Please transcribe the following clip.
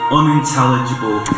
unintelligible